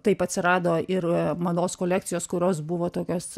taip atsirado ir mados kolekcijos kurios buvo tokios